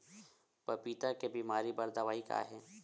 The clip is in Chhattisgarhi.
पपीता के बीमारी बर दवाई का हे?